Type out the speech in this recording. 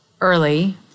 early